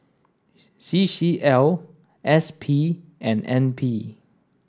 C C L S P and N P